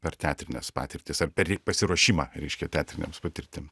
per teatrines patirtis ar per pasiruošimą reiškia teatrinėms patirtim